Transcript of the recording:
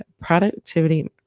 productivity